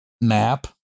map